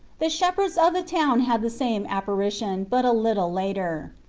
the shepherds of the town had the same apparition, but a little later.